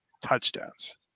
touchdowns